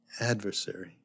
adversary